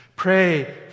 Pray